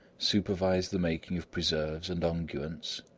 supervised the making of preserves and unguents,